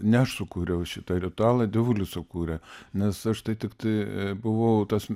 ne aš sukūriau šitą ritualą dievulis sukūrė nes aš tai tiktai buvau tas